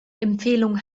empfehlung